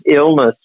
illness